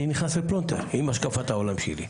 אני נכנס לפלונטר עם השקפת העולם שלי.